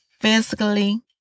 physically